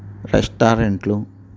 రెస్టారెంట్లు